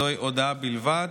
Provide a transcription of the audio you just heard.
זוהי הודעה בלבד.